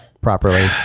properly